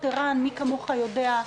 ערן, מי כמוך יודע.